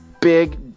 big